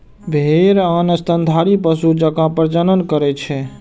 भेड़ आन स्तनधारी पशु जकां प्रजनन करै छै